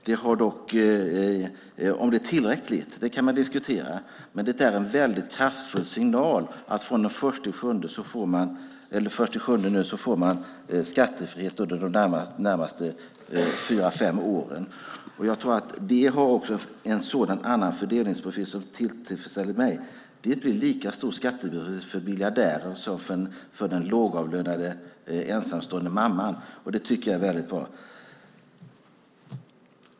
Man kan dock diskutera om det är tillräckligt, men det är en mycket kraftfull signal att man från den 1 juli får skattefrihet under de närmaste fyra fem åren. Det har också en annan fördelningsprofil som tillfredsställer mig. Det blir lika stor skattebefrielse för miljardärer som för den lågavlönade, ensamstående mamman. Det tycker jag är bra.